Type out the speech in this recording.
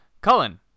Cullen